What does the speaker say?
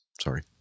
Sorry